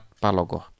palogo